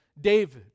David